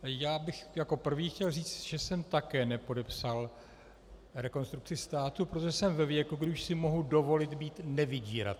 Já bych jako prvý chtěl říci, že jsem také nepodepsal Rekonstrukci státu, protože jsem ve věku, kdy už si mohu dovolit být nevydíratelný.